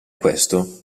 questo